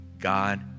God